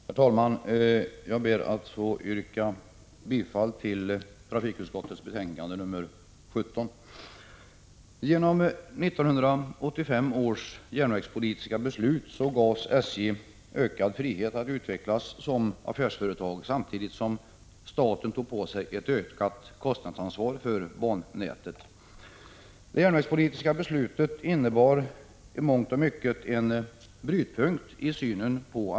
Herr talman! Jag ber att få yrka bifall till trafikutskottets betänkande 17. Det järnvägspolitiska beslutet innebar i mångt och mycket en brytpunkt i synen på SJ, för nu handlar debatten mer och mer om strategiska — Prot.